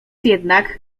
jednak